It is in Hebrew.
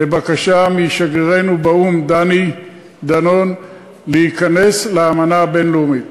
משגרירנו באו"ם דני דנון להיכנס לאמנה הבין-לאומית.